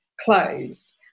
closed